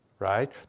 Right